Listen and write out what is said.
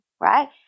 right